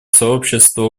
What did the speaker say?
сообщество